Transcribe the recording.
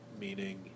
Meaning